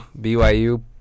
BYU